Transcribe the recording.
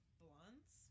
blunts